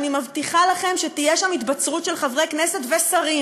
אני מבטיחה לכם שתהיה התבצרות של חברי כנסת ושרים.